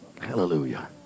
Hallelujah